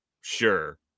sure